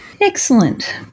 Excellent